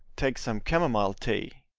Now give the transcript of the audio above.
take some camomile tea.